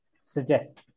suggest